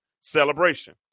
celebration